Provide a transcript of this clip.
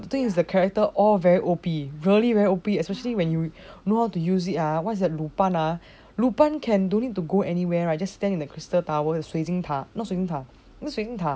but the thing is the character all very O_P really very O_P especially when you know how to use it ah what's that pun ah lupan can don't need to go anywhere right just stand in the crystal tower is 水晶塔 not 水晶塔 is it 水晶塔